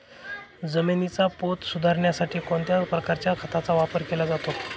जमिनीचा पोत सुधारण्यासाठी कोणत्या प्रकारच्या खताचा वापर केला जातो?